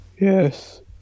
Yes